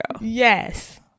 yes